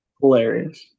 Hilarious